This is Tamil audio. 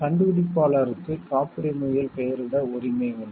கண்டுபிடிப்பாளருக்கு காப்புரிமையில் பெயரிட உரிமை உண்டு